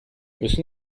müssen